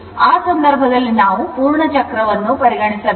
ಈ ಸಂದರ್ಭದಲ್ಲಿ ನಾವು ಪೂರ್ಣ ಚಕ್ರವನ್ನು ಪರಿಗಣಿಸಬೇಕು